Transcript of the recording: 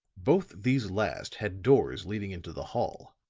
both these last had doors leading into the hall